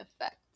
effect